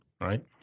right